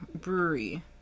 Brewery